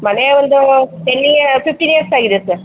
ಮನೆ ಒಂದು ten year fifteen years ಆಗಿದೆ ಸರ್